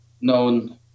known